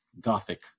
gothic